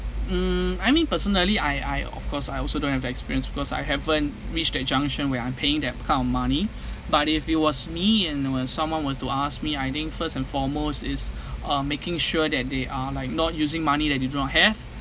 hmm I mean personally I I of course I also don't have the experience because I haven't reached that junction where I'm paying that kind of money but if it was me and when someone were to ask me I think first and foremost is uh making sure that they are like not using money that they do not have